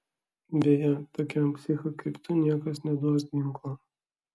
beje tokiam psichui kaip tu niekas neduos ginklo